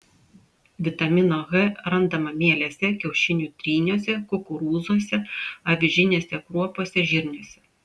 vitamino h randama mielėse kiaušinių tryniuose kukurūzuose avižinėse kruopose žirniuose